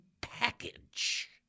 package